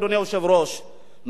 אדוני היושב-ראש,